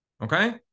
Okay